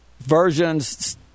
versions